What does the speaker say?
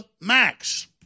Max